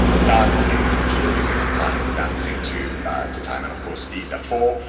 dancing to the music of time, dancing to to time. and, of course, these are four,